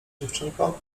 dziewczynko